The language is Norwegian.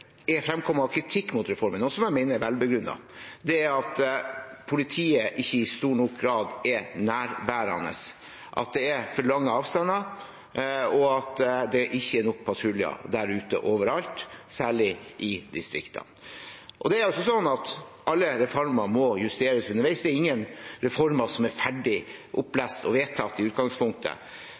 jeg mener er velbegrunnet, er at politiet ikke i stor nok grad er nærværende, at det er for lange avstander, og at det ikke er nok patruljer der ute overalt, særlig i distriktene. Og det er altså slik at alle reformer må justeres underveis. Det er ingen reformer som er ferdig opplest og vedtatt i utgangspunktet.